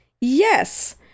Yes